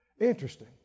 Interesting